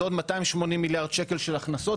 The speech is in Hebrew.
זה עוד 280 מיליארד שקלים הכנסות,